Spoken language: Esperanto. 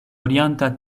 orienta